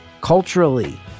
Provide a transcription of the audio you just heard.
Culturally